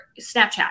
Snapchat